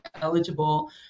eligible